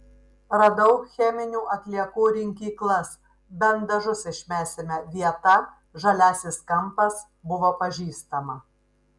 radau cheminių atliekų rinkyklas bent dažus išmesime vieta žaliasis kampas buvo pažįstama